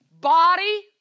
Body